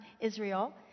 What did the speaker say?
Israel